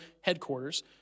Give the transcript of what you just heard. headquarters